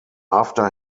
after